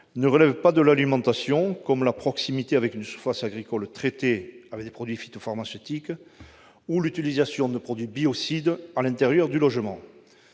ne relèvent pas de l'alimentation, comme la proximité avec une surface agricole traitée avec des produits phytopharmaceutiques ou l'utilisation de produits biocides à l'intérieur du logement.